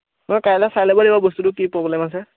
মই কাইলৈ চাই ল'ব লাগিব বস্তুটো কি প্ৰব্লেম আছে